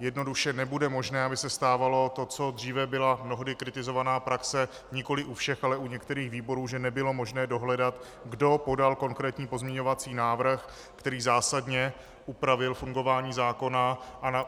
Jednoduše nebude možné, aby se stávalo to, co dříve byla mnohdy kritizovaná praxe, nikoliv u všech, ale u některých výborů, že nebylo možné dohledat, kdo podal konkrétní pozměňovací návrh, který zásadně upravil fungování zákona,